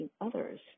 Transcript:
others